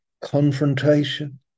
confrontation